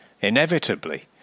inevitably